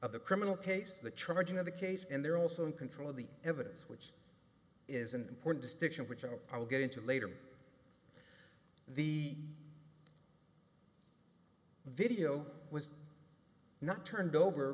of the criminal case the charging of the case and they're also in control of the evidence which is an important distinction which i hope i will get into later the video was not turned over